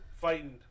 fighting